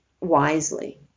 wisely